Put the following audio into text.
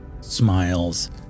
smiles